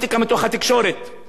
ואנחנו לא נשפיע עליה.